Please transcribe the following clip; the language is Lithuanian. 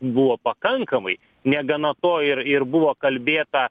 buvo pakankamai negana to ir ir buvo kalbėta